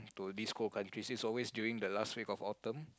to this whole country he is always doing the last week of autumn